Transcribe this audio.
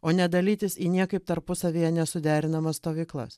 o ne dalytis į niekaip tarpusavyje nesuderinamas stovyklas